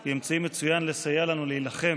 היא אמצעי מצוין לסייע לנו להילחם